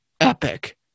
epic